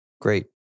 Great